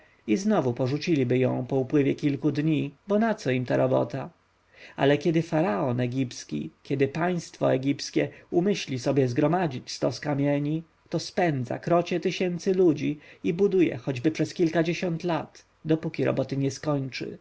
i znowu porzuciliby ją po upływie kilku dni bo naco im ta robota ale kiedy faraon egipski kiedy państwo egipskie umyśli sobie zgromadzić stos kamieni to spędza krocie tysięcy ludzi i buduje choćby przez kilkadziesiąt lat dopóki roboty nie skończy